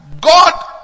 God